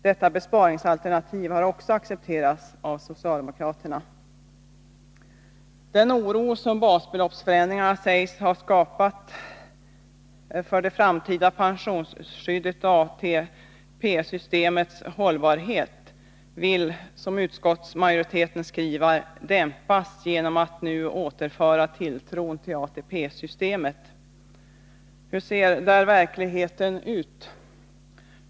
Detta besparingsalternativ har också accepterats av socialdemokraterna. Den oro som basbeloppsförändringen sägs ha skapat för det framtida pensionsskyddet och ATP-systemets hållbarhet vill man, som utskottsmajoriteten skriver, dämpa genom att återföra tilltron till ATP-systemet. Hur ser där verkligheten ut?